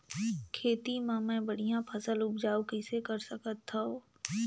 खेती म मै बढ़िया फसल उपजाऊ कइसे कर सकत थव?